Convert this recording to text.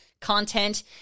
content